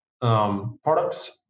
products